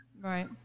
Right